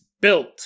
built